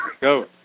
Go